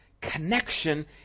connection